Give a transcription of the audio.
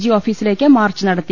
G ഓഫീസിലേക്ക് മാർച്ച് നടത്തി